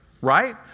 Right